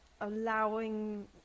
allowing